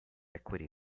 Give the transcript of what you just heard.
equity